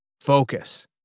Focus